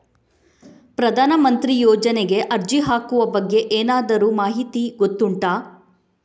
ಪ್ರಧಾನ ಮಂತ್ರಿ ಯೋಜನೆಗೆ ಅರ್ಜಿ ಹಾಕುವ ಬಗ್ಗೆ ಏನಾದರೂ ಮಾಹಿತಿ ಗೊತ್ತುಂಟ?